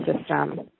system